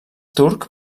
turc